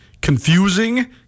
confusing